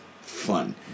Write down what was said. fun